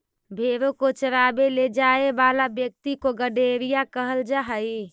भेंड़ों को चरावे ले जाए वाला व्यक्ति को गड़ेरिया कहल जा हई